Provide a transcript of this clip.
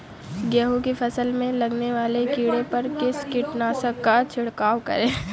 गेहूँ की फसल में लगने वाले कीड़े पर किस कीटनाशक का छिड़काव करें?